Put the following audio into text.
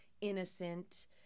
innocent